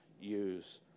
use